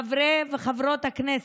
חברי וחברות הכנסת,